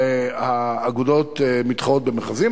האגודות מתחרות במכרזים,